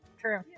True